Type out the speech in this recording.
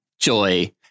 JOY